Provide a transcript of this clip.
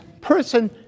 person